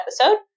episode